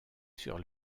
sur